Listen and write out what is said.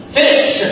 fish